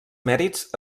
mèrits